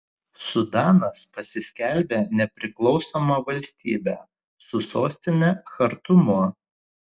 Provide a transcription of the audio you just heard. sudanas pasiskelbė nepriklausoma valstybe su sostine chartumu